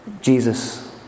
Jesus